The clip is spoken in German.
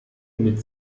mit